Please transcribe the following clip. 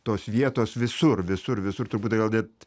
tos vietos visur visur visur turbūt tai gal net